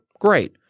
Great